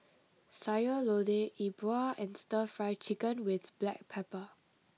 Sayur Lodeh E Bua and Stir Fry Chicken with Black Pepper